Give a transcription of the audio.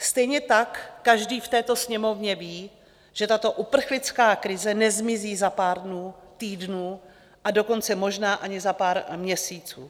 Stejně tak každý v této Sněmovně ví, že tato uprchlická krize nezmizí za pár dnů, týdnů, a dokonce možná ani za pár měsíců.